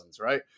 Right